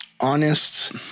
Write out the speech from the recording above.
honest